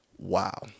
Wow